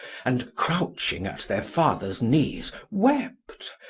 and crouching at their father's knees wept,